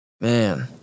man